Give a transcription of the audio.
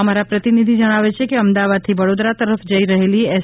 અમારા પ્રતિનિધિ જણાવે છે કે અમદાવાદથી વડોદરા તરફ જઈ રહેલી એસ